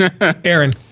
aaron